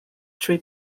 trwy